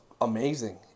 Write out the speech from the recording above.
amazing